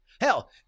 Hell